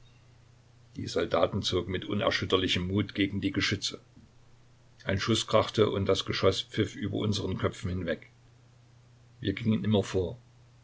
die soldaten zogen mit unerschütterlichem mut gegen die geschütze ein schuß krachte und das geschoß pfiff über unseren köpfen hinweg wir gingen immer vor